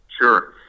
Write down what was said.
Sure